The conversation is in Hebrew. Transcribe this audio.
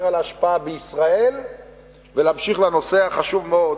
על ההשפעה בישראל ולהמשיך לנושא החשוב מאוד